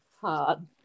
hard